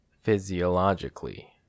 Physiologically